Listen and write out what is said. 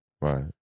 Right